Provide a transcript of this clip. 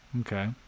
Okay